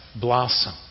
blossom